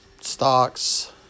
stocks